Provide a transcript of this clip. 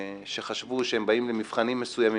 שחשבו שהם באים למבחנים מסוימים,